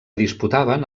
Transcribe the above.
disputaven